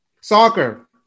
Soccer